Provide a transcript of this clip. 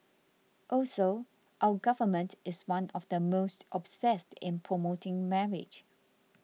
also our Government is one of the most obsessed in promoting marriage